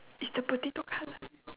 is the potato colour